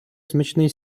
смачний